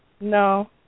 No